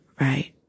Right